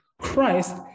Christ